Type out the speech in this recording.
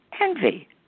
Envy